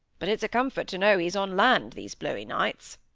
but it's a comfort to know he's on land these blowy nights